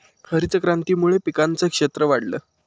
हरितक्रांतीमुळे पिकांचं क्षेत्र वाढलं